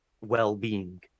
well-being